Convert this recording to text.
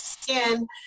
skin